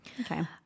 Okay